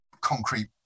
concrete